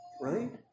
right